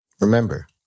Remember